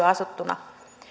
asuttuna